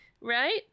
Right